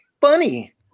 funny